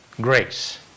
grace